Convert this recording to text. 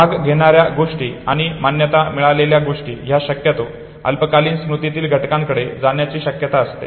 भाग घेणार्या गोष्टी आणि मान्यता मिळालेल्या गोष्टी ह्या शक्यतो अल्पकालीन स्मृतीतील घटकांकडे जाण्याची शक्यता असते